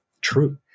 true